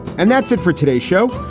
and that's it for today show,